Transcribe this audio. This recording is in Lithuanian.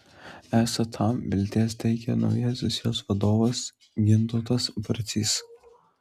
esą tam vilties teikia naujasis jos vadovas gintautas barcys